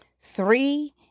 Three